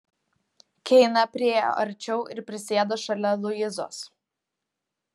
keina priėjo arčiau ir prisėdo šalia luizos